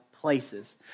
places